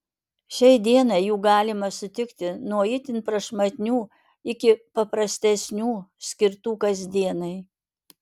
šiai dienai jų galima sutikti nuo itin prašmatnių iki paprastesnių skirtų kasdienai